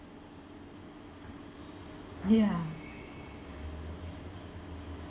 ya